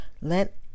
Let